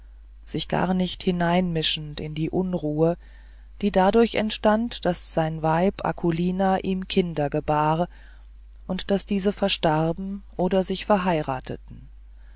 sich garnicht hineinmischend in die unruhe die dadurch entstand daß sein weib akulina ihm kinder gebar und daß diese verstarben oder sich verheirateten